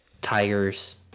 Tigers